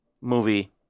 movie